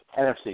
NFC